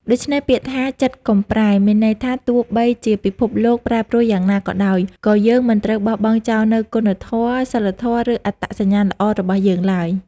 ដូច្នេះពាក្យថា "ចិត្តកុំប្រែ" មានន័យថា ទោះបីជាពិភពលោកប្រែប្រួលយ៉ាងណាក៏ដោយ ក៏យើង មិនត្រូវបោះបង់ចោលនូវគុណធម៌ សីលធម៌ ឬអត្តសញ្ញាណល្អ របស់យើងឡើយ។